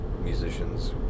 musicians